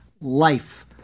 life